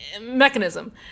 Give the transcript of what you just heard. mechanism